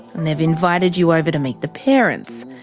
and they've invited you over to meet the parents.